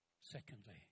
Secondly